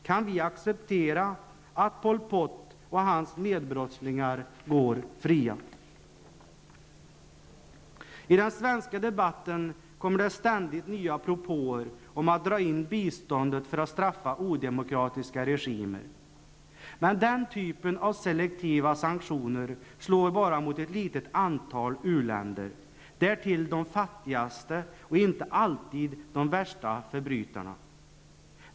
Kan vi acceptera att Pol Pot och hans medbrottslingar går fria? I den svenska debatten kommer det ständigt nya propåer om att dra in biståndet för att straffa odemokratiska regimer. Men den typen av selektiva sanktioner slår bara mot ett litet antal uländer, därtill de fattigaste och inte alltid de värsta förbrytarna.